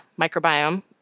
microbiome